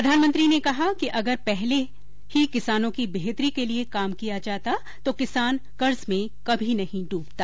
प्रधानमंत्री ने कहा कि अगर पहले ही किसानों की बेहतरी के लिये काम किया जाता तो किसान कर्ज में कभी नहीं डूबता